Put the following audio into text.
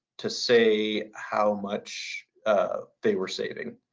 to say how much they were saving.